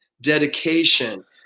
dedication